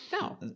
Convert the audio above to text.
No